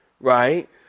Right